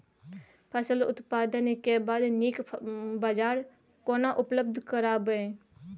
फसल उत्पादन के बाद नीक बाजार केना उपलब्ध कराबै?